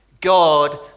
God